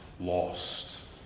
Lost